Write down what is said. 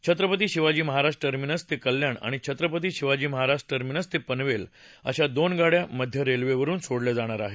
Chhatrapati Shivaji Maharaj Terminus ते कल्याण आणि Chhatrapati Shivaji Maharaj Terminus ते पनवेल अशा दोन गाड्या मध्य रेल्वेवरुन सोडल्या जाणार आहेत